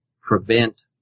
prevent